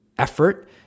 effort